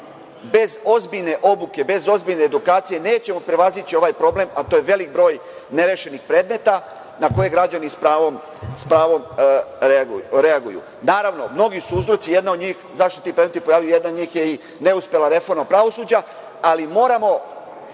bez ozbiljne obuke, bez ozbiljne edukacije nećemo prevazići ovaj problem, a to je veliki broj nerešenih predmeta na koje građani, sa pravom reaguju. Naravno, mnogi su uzroci zašto se ti predmeti pojavljuju, jedan od njih je i neuspela reforma pravosuđa, ali moramo